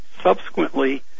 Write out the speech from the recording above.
subsequently